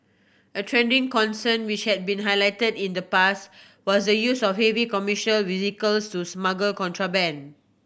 a trending concern which had been highlighted in the past was the use of heavy commercial vehicles to smuggle contraband